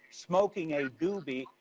smoking a doobie,